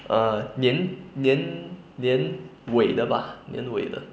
err 年年年尾的吧年尾的